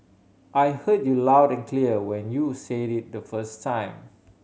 I heard you loud and clear when you said it the first time